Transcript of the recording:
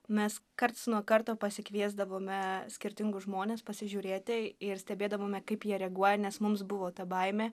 mes karts nuo karto pasikviesdavome skirtingus žmones pasižiūrėti ir stebėdavome kaip jie reaguoja nes mums buvo ta baimė